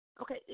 okay